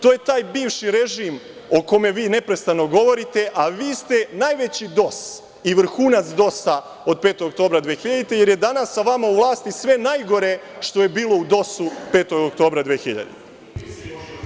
To je taj bivši režim o kome vi neprestano govorite, a vi ste najveći DOS i vrhunac DOS-a od 5. oktobra 2000. godine, jer je danas sa vama u vlasti sve najgore što je bilo u DOS-u 5. oktobra 2000. godine.